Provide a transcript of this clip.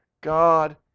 God